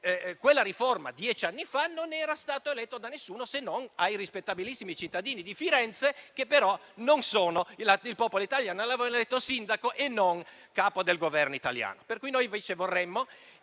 quella riforma non era stato eletto da nessuno, se non dai rispettabilissimi cittadini di Firenze, che però non sono il popolo italiano e che lo avevano eletto sindaco e non capo del Governo italiano. Noi, invece, vorremmo